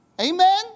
Amen